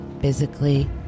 physically